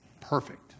perfect